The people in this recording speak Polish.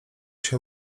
się